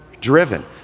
driven